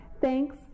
Thanks